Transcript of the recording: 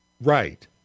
Right